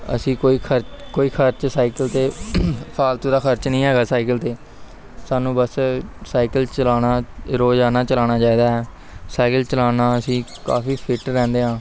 ਅਸੀਂ ਕੋਈ ਖਰਚ ਕੋਈ ਖਰਚ ਸਾਈਕਲ 'ਤੇ ਫਾਲਤੂ ਦਾ ਖਰਚ ਨਹੀਂ ਹੈਗਾ ਸਾਈਕਲ 'ਤੇ ਸਾਨੂੰ ਬਸ ਸਾਈਕਲ ਚਲਾਉਣਾ ਰੋਜ਼ਾਨਾ ਚਲਾਉਣਾ ਚਾਹੀਦਾ ਹੈ ਸਾਈਕਲ ਚਲਾਉਣਾ ਨਾਲ ਅਸੀਂ ਕਾਫ਼ੀ ਫਿਟ ਰਹਿੰਦੇ ਹਾਂ